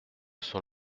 son